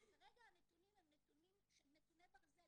אז כרגע הנתונים הם נתוני ברזל,